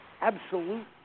absolute